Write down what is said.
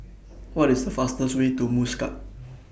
What IS The fastest Way to Muscat